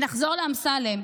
ונחזור לאמסלם,